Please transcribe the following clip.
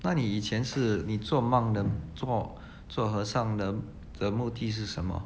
那你以前是你做 monk 的做做和尚的的目的是什么